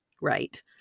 Right